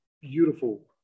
beautiful